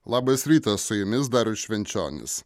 labas rytas su jumis darius švenčionis